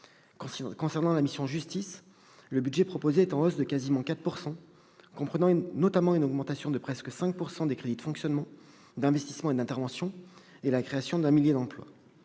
Concernant la mission « Justice », le budget proposé est en hausse de quasiment 4 %, comprenant notamment une augmentation de presque 5 % des crédits de fonctionnement, d'investissement et d'intervention, et la création d'un millier d'emplois.